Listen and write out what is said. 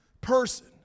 person